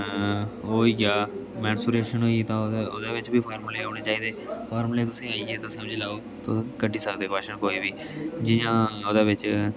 ओह् होई गेआ मेन्सुरेशन होई गेई तां ओह्दे बिच्च बी फार्मुले औने चाहिदे फार्मुले तुसेंई आई गे तुस समझी लैओ तुस कड्ढी सकदे क्वेस्चन कोई बी जियां ओह्दे बिच्च